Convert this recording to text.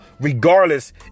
regardless